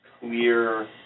clear